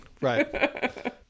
right